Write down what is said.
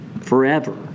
Forever